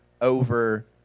over